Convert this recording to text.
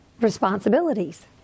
responsibilities